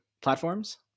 platforms